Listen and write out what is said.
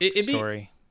story